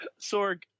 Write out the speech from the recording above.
Sorg